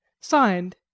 signed